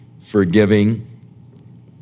forgiving